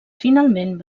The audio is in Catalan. finalment